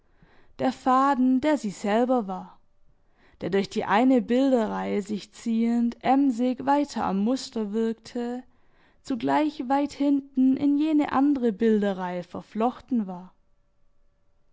der faden der sie selber war der durch die eine bilderreihe sich ziehend emsig weiter am muster wirkte zugleich weit hinten in jene andere bilderreihe verflochten war